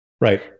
Right